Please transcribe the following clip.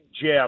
Jeff